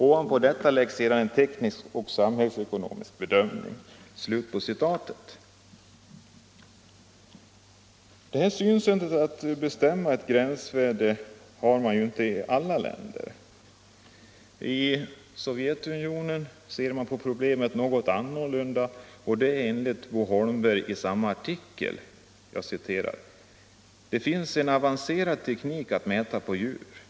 Ovanpå detta läggs sedan en teknisk och samhällsekonomisk bedömning.” Detta sätt att bestämma ett gränsvärde har inte alla länder. I Sovjetunionen ser man på problemet något anorlunda enligt Bo Holmberg i samma artikel: ”Där finns en avancerad teknik att mäta på djur.